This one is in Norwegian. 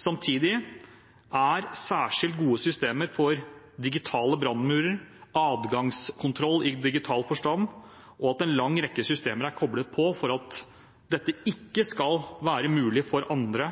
Samtidig er det særskilt gode systemer for digitale brannmurer og adgangskontroll i digital forstand, og en lang rekke systemer er koblet på for at det ikke skal være mulig for andre